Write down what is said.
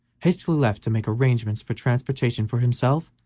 hastily left to make arrangements for transportation for himself,